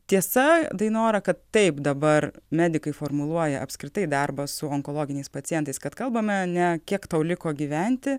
tiesa dainora kad taip dabar medikai formuluoja apskritai darbą su onkologiniais pacientais kad kalbame ne kiek tau liko gyventi